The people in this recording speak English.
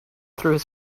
through